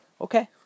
okay